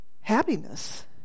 happiness